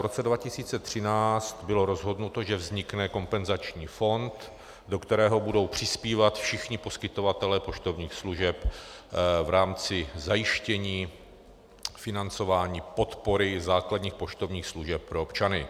V roce 2013 bylo rozhodnuto, že vznikne kompenzační fond, do kterého budou přispívat všichni poskytovatelé poštovních služeb v rámci zajištění financování podpory základních poštovních služeb pro občany.